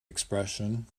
expression